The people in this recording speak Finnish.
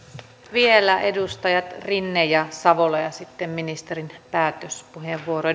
vielä edustajat rinne ja savola ja sitten ministerin päätöspuheenvuoro